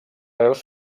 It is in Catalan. veus